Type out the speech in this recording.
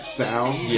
sound